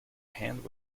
hand